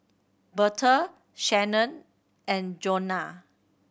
Berta Shannen and Johnna